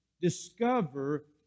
Discover